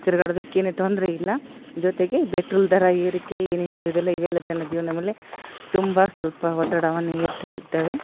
ತಿರ್ಗಾಡೋದುಕ್ ಏನು ತೊಂದರೆ ಇಲ್ಲ ಜೊತೆಗೆ ಬೆಟ್ರೋಲ್ ದರ ಏರಿಕೆ ಏನು ಇಂಥವ್ದೆಲ್ಲ ಇವೆಲ್ಲ ಜನ ಜೀವನ ಮೇಲೆ ತುಂಬ ಸ್ವಲ್ಪ ಒತ್ತಡವನ್ನು ಹೇರ್ತಾ ಇರ್ತವೆ